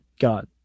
god